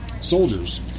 soldiers